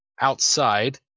Outside